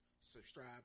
subscribe